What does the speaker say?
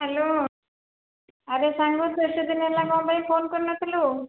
hello ଆରେ ସାଙ୍ଗ ତୁ ଏତେ ଦିନ ହେଲା କ'ଣ ପାଇଁ ଫୋନ୍ କରୁନଥିଲୁ